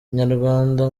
inyarwanda